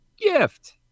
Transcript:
gift